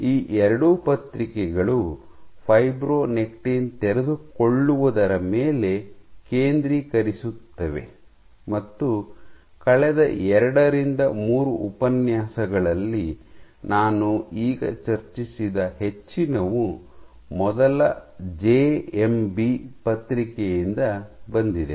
ಈ ಎರಡೂ ಪತ್ರಿಕೆಗಳು ಫೈಬ್ರೊನೆಕ್ಟಿನ್ ತೆರೆದುಕೊಳ್ಳುವುದರ ಮೇಲೆ ಕೇಂದ್ರೀಕರಿಸುತ್ತವೆ ಮತ್ತು ಕಳೆದ ಎರಡರಿಂದ ಮೂರು ಉಪನ್ಯಾಸಗಳಲ್ಲಿ ನಾನು ಈಗ ಚರ್ಚಿಸಿದ ಹೆಚ್ಚಿನವು ಮೊದಲ ಜೆಎಂಬಿ ಪತ್ರಿಕೆಯಿಂದ ಬಂದಿದೆ